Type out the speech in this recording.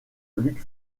luc